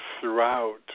throughout